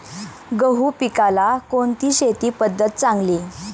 गहू पिकाला कोणती शेती पद्धत चांगली?